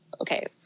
okay